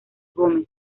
gómez